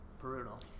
brutal